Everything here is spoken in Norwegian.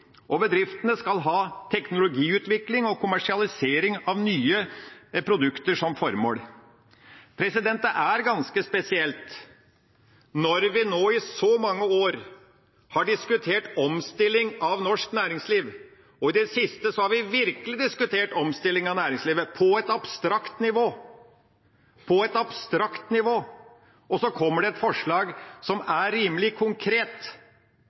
Bedriftene skal ha teknologiutvikling og kommersialisering av nye produkter som formål. I mange år har vi diskutert omstilling av norsk næringsliv – i det siste har vi virkelig diskutert omstilling av næringslivet – på et abstrakt nivå. Så kommer det nå et forslag som er rimelig konkret – og så er det for konkret. Det er for konkret. Det er ganske spesielt at et forslag kan bli for konkret.